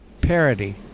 parody